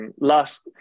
Last